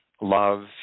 love